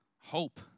Hope